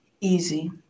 easy